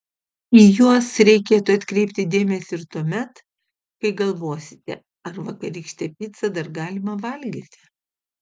į juos reikėtų atkreipti dėmesį ir tuomet kai galvosite ar vakarykštę picą dar galima valgyti